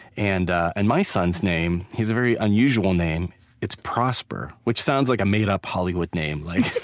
and and my son's name he has a very unusual name it's prosper, which sounds like a made-up hollywood name, like